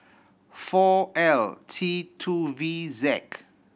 four L T two V Z